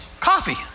Coffee